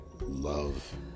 love